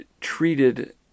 treated